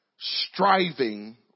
Striving